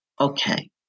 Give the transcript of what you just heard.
Okay